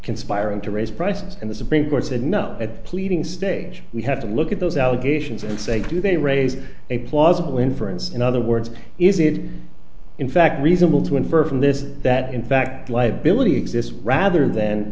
conspiring to raise prices and the supreme court said no at the pleading stage we have to look at those allegations and say do they raise a plausible inference in other words is it in fact reasonable to infer from this that in fact liability exists rather than